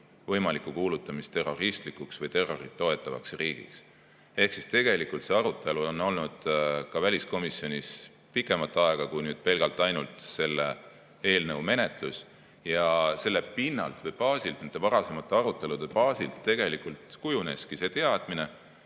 võimalikku kuulutamist terroristlikuks või terrorit toetavaks riigiks. Ehk tegelikult see arutelu on olnud ka väliskomisjonis pikemat aega kui nüüd pelgalt selle eelnõu menetlus. Ja selle pinnalt või baasilt, varasemate arutelude baasilt tegelikult kujuneski see teadmine,